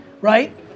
right